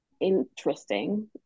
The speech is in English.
interesting